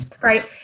Right